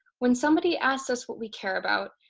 when somebody asks us what we care about,